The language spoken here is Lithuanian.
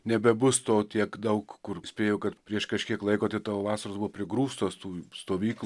nebebus to tiek daug kur spėju kad prieš kažkiek laiko tiek tavo vasaros buvo prigrūstos tų stovyklų